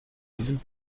diesem